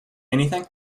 anything